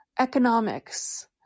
Economics